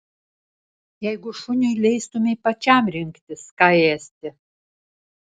jeigu šuniui leistumei pačiam rinktis ką ėsti